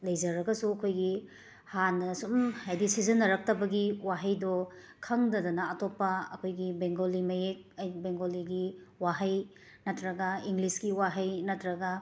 ꯂꯩꯖꯔꯒꯁꯨ ꯑꯩꯈꯣꯏꯒꯤ ꯍꯥꯟꯅ ꯁꯨꯝ ꯍꯥꯏꯗꯤ ꯁꯤꯖꯤꯟꯅꯔꯛꯇꯕꯒꯤ ꯋꯥꯍꯩꯗꯣ ꯈꯪꯗꯗꯅ ꯑꯇꯣꯞꯄ ꯑꯩꯈꯣꯏꯒꯤ ꯕꯦꯡꯒꯣꯂꯤ ꯃꯌꯦꯛ ꯕꯦꯡꯒꯣꯂꯤꯒꯤ ꯋꯥꯍꯩ ꯅꯠꯇ꯭ꯔꯒ ꯏꯪꯂꯤꯁꯀꯤ ꯋꯥꯍꯩ ꯅꯠꯇ꯭ꯔꯒ